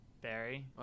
Barry